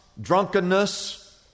drunkenness